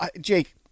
Jake